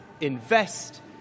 invest